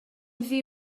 ddi